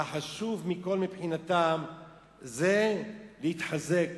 והחשוב מכול מבחינתם זה להתחזק,